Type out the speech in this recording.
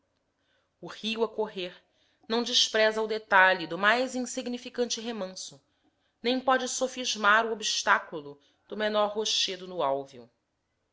o rio a correr não despreza o detalhe do mais insignificante remanso nem pode sofismar o obstáculo do menor rochedo no